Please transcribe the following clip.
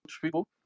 people